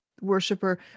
worshiper